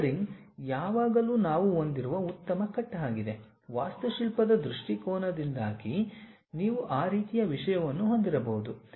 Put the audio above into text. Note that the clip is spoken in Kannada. ಚಾಂಫರಿಂಗ್ ಯಾವಾಗಲೂ ನಾವು ಹೊಂದಿರುವ ಉತ್ತಮ ಕಟ್ ಆಗಿದೆ ವಾಸ್ತುಶಿಲ್ಪದ ದೃಷ್ಟಿಕೋನದಿಂದಾಗಿ ನೀವು ಆ ರೀತಿಯ ವಿಷಯವನ್ನು ಹೊಂದಿರಬಹುದು